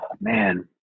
man